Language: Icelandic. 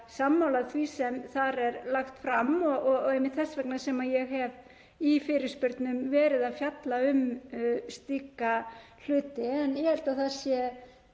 sammála því sem þar er lagt fram og það er einmitt þess vegna sem ég hef í fyrirspurnum verið að fjalla um slíka hluti. Ég held að það sé